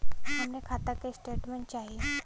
हमरे खाता के स्टेटमेंट चाही?